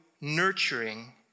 nurturing